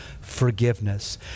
forgiveness